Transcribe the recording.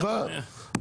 סליחה,